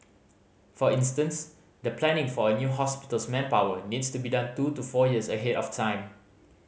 for instance the planning for a new hospital's manpower needs to be done two to four years ahead of time